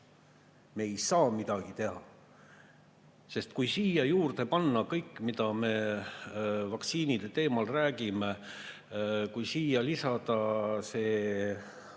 Me ei saa midagi teha! Sest kui siia juurde panna kõik, mida me vaktsiinide teemal räägime, kui lisada see kurikuulus